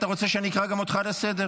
אתה רוצה שאני אקרא גם אותך לסדר?